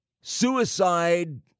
Suicide